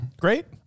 great